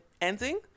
ending